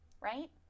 Right